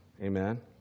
Amen